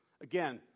Again